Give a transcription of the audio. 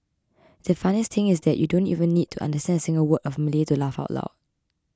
the funniest thing is that you don't even need to understand a single word of Malay to laugh out loud